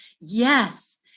Yes